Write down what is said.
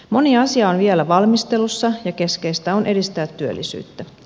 moni asia on vielä valmistelussa ja keskeistä on edistää työllisyyttä